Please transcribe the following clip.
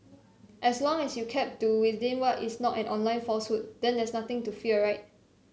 so long as you keep to within what is not an online falsehood then there's nothing to fear right